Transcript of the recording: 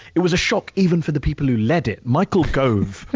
it was a shock even for the people who led it. michael gove,